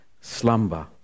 slumber